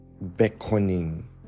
beckoning